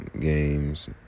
Games